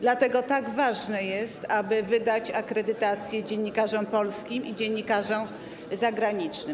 Dlatego tak ważne jest, aby wydać akredytację dziennikarzom polskim i dziennikarzom zagranicznym.